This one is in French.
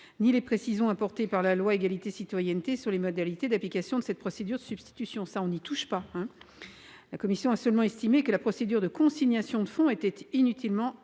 que les précisions apportées par la loi « égalité et citoyenneté » sur les modalités d'application de cette procédure de substitution. Nous n'y touchons pas. La commission a seulement estimé que la procédure de consignation de fonds était inutilement attentatoire